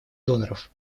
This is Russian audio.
доноров